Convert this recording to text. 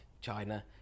China